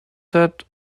set